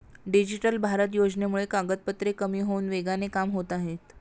digital Bharat योजनेमुळे कागदपत्रे कमी होऊन वेगाने कामे होत आहेत